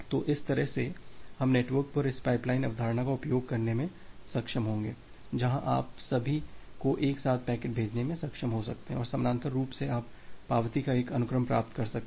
तो इस तरह से हम नेटवर्क पर इस पाइपलाइन अवधारणा का उपयोग करने में सक्षम होंगे जहां आप सभी को एक साथ पैकेट भेजने में सक्षम हो सकते हैं और समानांतर रूप से आप पावती का एक अनुक्रम प्राप्त कर सकते हैं